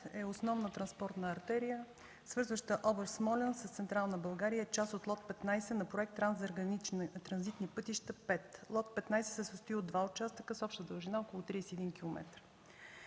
е основна транспортна артерия, свързваща област Смолян с централна България и част от лот 15 на Проект „Транзитни пътища 5”. Лот 15 се състои от два участъка с обща дължина около 31 км.